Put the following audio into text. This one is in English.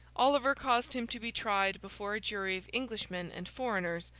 oliver caused him to be tried before a jury of englishmen and foreigners,